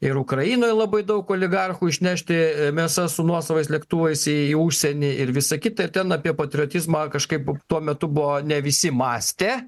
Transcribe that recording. ir ukrainoj labai daug oligarchų išnešti e mėsa su nuosavais lėktuvais į užsienį ir visa kita ir ten apie patriotizmą kažkaip tuo metu buvo ne visi mąstė